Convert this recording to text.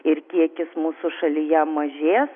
ir kiekis mūsų šalyje mažės